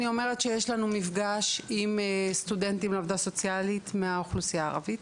יש לנו מפגש עם סטודנטים לעבודה סוציאלית מהאוכלוסייה הערבית.